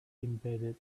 embedded